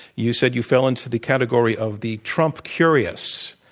you said you fell into the category of the trump curious.